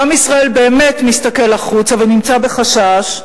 ועם ישראל באמת מסתכל החוצה ונמצא בחשש,